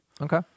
Okay